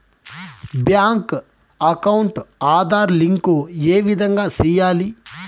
Bank account Aadhaar link ఏ విధంగా సెయ్యాలి?